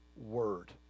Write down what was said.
word